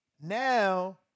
Now